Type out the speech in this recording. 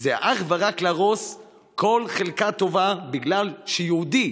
זה אך ורק להרוס כל חלקה טובה בגלל שיהודי